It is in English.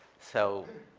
so